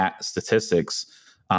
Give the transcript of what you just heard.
statistics –